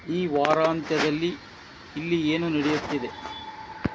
ಈ ವಾರಾಂತ್ಯದಲ್ಲಿ ಇಲ್ಲಿ ಏನು ನಡಿಯುತ್ತಿದೆ